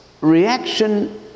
reaction